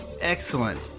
Excellent